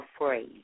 afraid